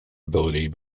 ability